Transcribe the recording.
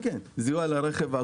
זיהוי על הרכב.